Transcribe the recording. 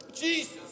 Jesus